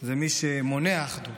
זה מי שמונע אחדות.